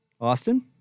Austin